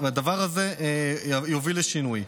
והדבר הזה יוביל לשינוי.